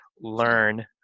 learn